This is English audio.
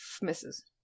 misses